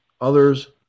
Others